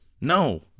No